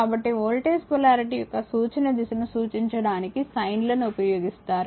కాబట్టి voltage polarity యొక్క సూచన దిశను సూచించడానికి సైన్లను ఉపయోగిస్తారు